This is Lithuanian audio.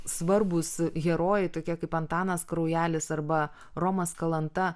svarbūs herojai tokie kaip antanas kraujelis arba romas kalanta